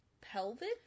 pelvic